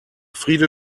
friede